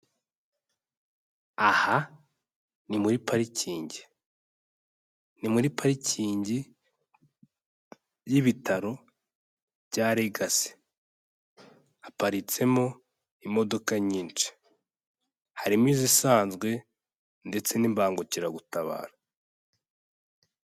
Aha ni muri parking, ni muri parikingi y'ibitaro bya Legacy haparitsemo imodoka nyinshi, harimo izisanzwe ndetse n'imbangukiragutabara.